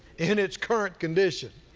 in its current condition.